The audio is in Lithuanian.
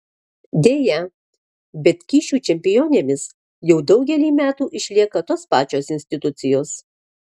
deja bet kyšių čempionėmis jau daugelį metų išlieka tos pačios institucijos